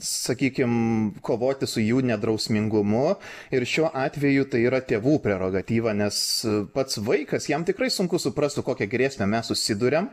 sakykim kovoti su jų nedrausmingumu ir šiuo atveju tai yra tėvų prerogatyva nes pats vaikas jam tikrai sunku suprast su kokia grėsme mes susiduriam